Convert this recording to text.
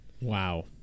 Wow